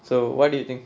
so what do you think